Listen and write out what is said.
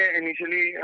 initially